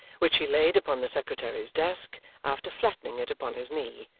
which he laid upon the secretary's desk after flattening it upon his knee,